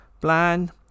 plan